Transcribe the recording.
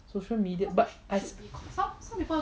social media but I